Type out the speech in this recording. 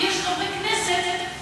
כי יש חברי כנסת,